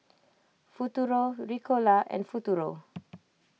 Futuro Ricola and Futuro